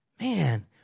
man